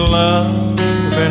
love